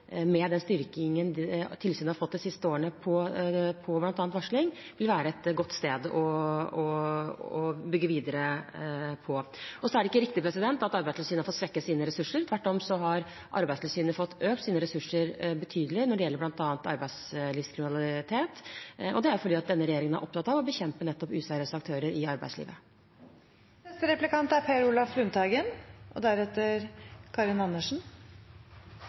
med den styrkingen tilsynet har fått de siste årene på bl.a. varsling, vil være et godt sted å bygge videre på. Så er det ikke riktig at Arbeidstilsynet har fått svekket sine ressurser. Tvert om har Arbeidstilsynet fått økt sine ressurser betydelig, bl.a. når det gjelder arbeidslivskriminalitet, og det er fordi denne regjeringen er opptatt av å bekjempe nettopp useriøse aktører i arbeidslivet. Det er veldig krevende å varsle, det er et stort alvor og